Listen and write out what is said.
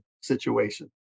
situation